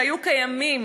שהיו קיימות